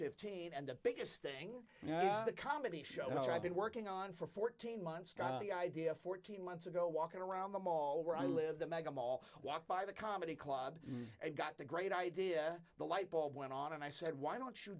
fifteen and the biggest thing is the comedy show that i've been working on for fourteen months the idea fourteen months ago walking around the mall where i live the mega mall walk by the comedy club and got the great idea the light bulb went on and i said why don't you